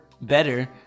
better